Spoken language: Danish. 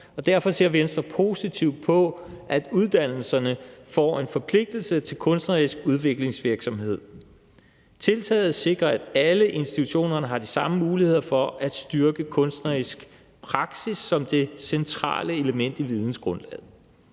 derfor ser Venstre positivt på, at uddannelserne får en forpligtelse til kunstnerisk udviklingsvirksomhed. Tiltaget sikrer, at alle institutionerne har de samme muligheder for at styrke kunstnerisk praksis som det centrale element i vidensgrundlaget.